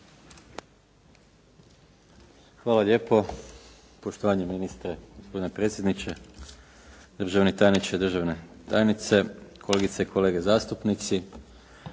Hvala lijepo, poštovanje ministre, gospodine predsjedniče, državni tajniče i državna tajnice, kolegice i kolege zastupnici.